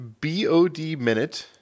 bodminute